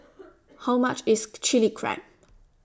How much IS Chili Crab